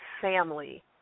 family